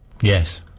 Yes